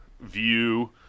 view